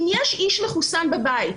אם יש איש מחוסן בבית,